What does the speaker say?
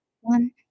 one